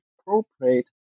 appropriate